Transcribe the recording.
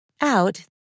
out